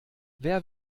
wer